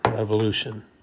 revolution